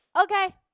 Okay